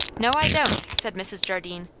no, i don't, said mrs. jardine.